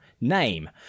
name